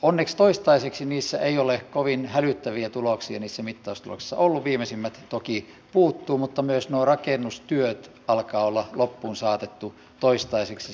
onneksi toistaiseksi ei ole kovin hälyttäviä tuloksia niissä mittaustuloksissa ollut viimeisimmät toki puuttuvat mutta myös nuo rakennustyöt alkavat olla loppuun saatettuja toistaiseksi